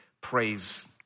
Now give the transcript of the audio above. praise